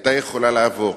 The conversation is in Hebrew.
היתה יכולה לעבור,